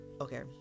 okay